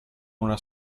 una